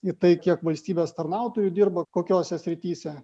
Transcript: į tai kiek valstybės tarnautojų dirba kokiose srityse